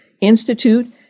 Institute